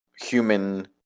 human